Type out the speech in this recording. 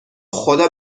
خدا